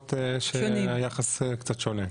מקומות שהיחס קצת שונה.